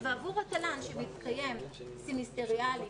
ועבור התל"ן שמתקיים סמסטריאלית,